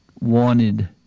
wanted